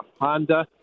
Honda